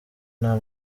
nta